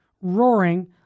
roaring